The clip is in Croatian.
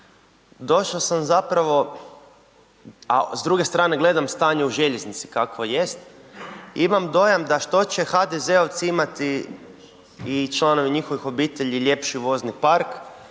došao sam zapravo, a s druge strane gledam stanje u željeznici kakvo jest, imam dojam da što će HDZ-ovci imati i članovi njihovih obitelji ljepši vozni park,